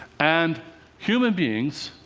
and human beings